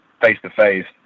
face-to-face